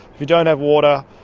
if you don't have water,